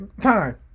time